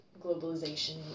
globalization